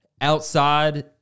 outside